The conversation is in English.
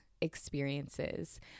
experiences